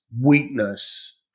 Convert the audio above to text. weakness